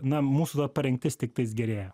na mūsų ta parengtis tiktais gerėja